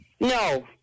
No